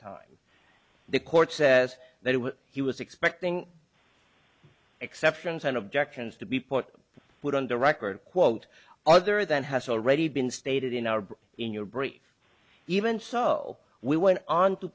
time the court says that if he was expecting exceptions and objections to be put would under record quote other than has already been stated in our in your brief even so we went on to